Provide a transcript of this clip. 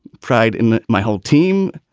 pride in my whole team,